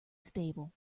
stable